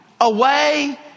away